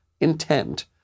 intent